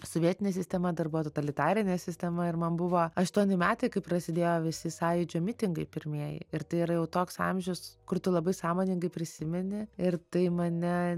sovietinė sistema dar buvo totalitarinė sistema ir man buvo aštuoni metai kai prasidėjo visi sąjūdžio mitingai pirmieji ir tai yra jau toks amžius kur tu labai sąmoningai prisimeni ir tai mane